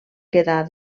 quedar